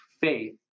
faith